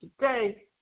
Today